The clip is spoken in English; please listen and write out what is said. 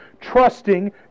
trusting